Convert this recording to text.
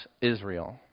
Israel